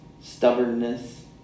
stubbornness